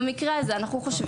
במקרה הזה אנחנו חושבים.